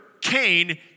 Cain